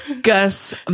Gus